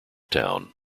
town